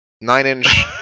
Nine-inch